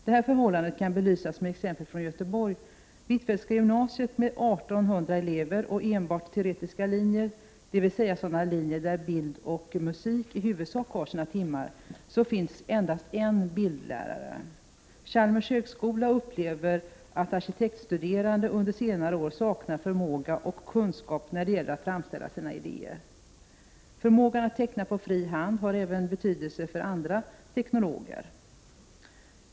Det här förhållandet kan bevisas med exempel från Göteborg. På Prot. 1988/89:35 Hvitfeldtska gymnasiet med 1 800 elever och enbart teoretiska linjer, dvs. 30 november 1988 sådana linjer där bild och musik i huvudsak har sina timmar, finns endast en = Tra. rteson, = bildlärare. Chalmers tekniska högskola upplever att arkitektstuderande under senare år saknar förmåga och kunskap när det gäller att framställa sina idéer. Förmågan att teckna på fri hand har även betydelse för andra teknologer.